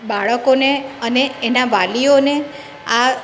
બાળકોને અને એના વાલીઓને આ